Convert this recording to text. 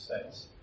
States